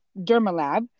Dermalab